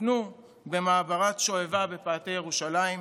שוכנו במעברת שואבה בפאתי ירושלים,